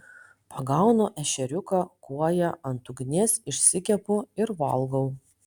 pagaunu ešeriuką kuoją ant ugnies išsikepu ir valgau